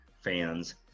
fans